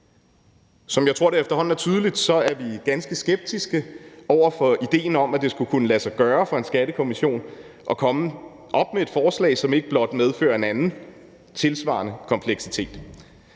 det efterhånden er tydeligt, er vi ganske skeptiske over for idéen om, at det skulle kunne lade sig gøre for en skattekommission at komme op med et forslag, som ikke blot medfører en anden tilsvarende kompleksitet.